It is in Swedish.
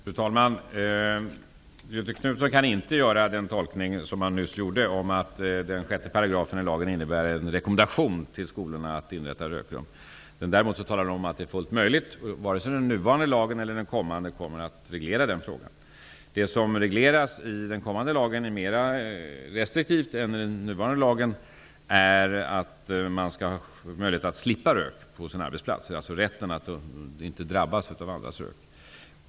Fru talman! Göthe Knutson kan inte göra den tolkning han nyss gjorde, dvs. att den sjätte paragrafen i lagen skulle innebära en rekommendation för skolorna att inrätta rökrum. Däremot talar paragrafen om att det är fullt möjligt. Inte vare sig den nuvarande lagen eller den kommande kommer att reglera den frågan. Det som regleras i den kommande lagen kommer att vara mer restriktivt än i den nuvarande lagen, dvs. just att den enskilde skall kunna slippa rök på sin arbetsplats -- rätten att inte drabbas av andras rök.